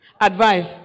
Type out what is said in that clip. advice